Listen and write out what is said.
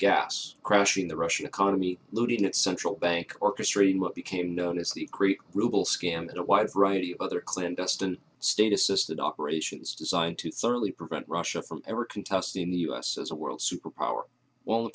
gas crashing the russian economy losing its central bank orchestrating what became known as the ruble scam in a wide variety of other clandestine state assisted operations designed to certainly prevent russia from ever contesting the us as a world superpower w